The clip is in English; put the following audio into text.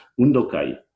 undokai